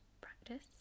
practice